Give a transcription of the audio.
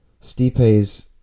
Stipe's